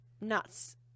nuts